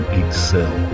excel